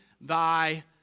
thy